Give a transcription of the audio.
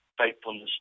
faithfulness